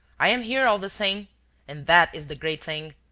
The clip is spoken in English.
i am here all the same and that is the great thing.